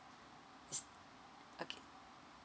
okay